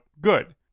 good